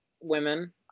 women